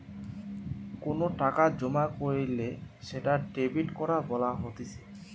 কোনো টাকা জমা কইরলে সেটা ডেবিট করা বলা হতিছে